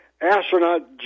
Astronaut